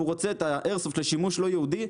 רוצה את האיירסופט לשימוש לא ייעודי,